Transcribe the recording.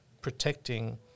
protecting